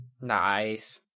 Nice